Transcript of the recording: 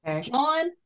John